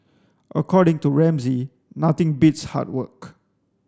according to Ramsay nothing beats hard work